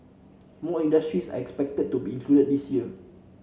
more industries are expected to be included this year